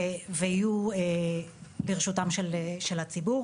ויהיו ברשותו של הציבור.